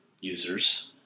users